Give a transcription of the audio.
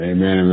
Amen